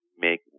make